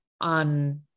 on